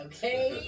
Okay